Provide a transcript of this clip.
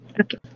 Okay